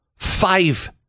five